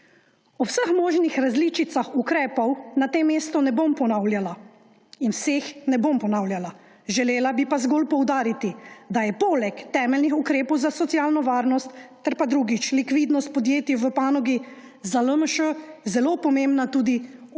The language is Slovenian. O vseh možnih različicah ukrepov na tem mestu ne bom govorila in vseh ne bom ponavljala. Želela bi pa zgolj poudariti, da je poleg temeljih ukrepov za socialno varnost ter, drugič, likvidnost podjetij v panogi za LMŠ zelo pomembna tudi oživitev